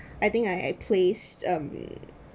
I think I at place um